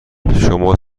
شما